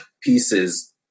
pieces